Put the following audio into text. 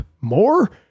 more